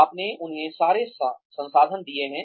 आपने उन्हें सारे संसाधन दिए हैं